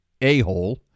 a-hole